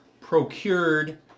procured